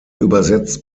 übersetzt